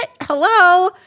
hello